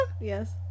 Yes